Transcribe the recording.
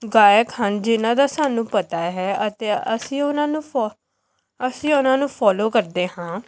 ਗਾਇਕ ਹਨ ਜਿਹਨਾਂ ਦਾ ਸਾਨੂੰ ਪਤਾ ਹੈ ਅਤੇ ਅਸੀਂ ਉਹਨਾਂ ਨੂੰ ਫੋ ਅਸੀਂ ਉਹਨਾਂ ਨੂੰ ਫੋਲੋ ਕਰਦੇ ਹਾਂ